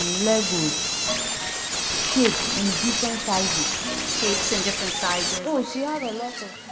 um legos shapes and different sizes shapes and different sizes no, she had a lot of